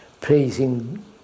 praising